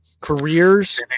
careers